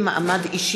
נחמן שי,